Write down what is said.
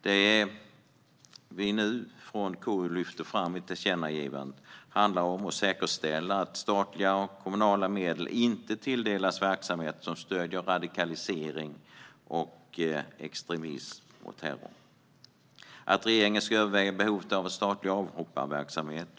Det som vi från KU nu lyfter fram i tillkännagivandet handlar om att säkerställa att statliga och kommunala medel inte tilldelas verksamheter som stöder radikalisering, extremism och terror och om att regeringen ska överväga behovet av en statlig avhopparverksamhet.